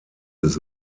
des